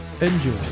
Enjoy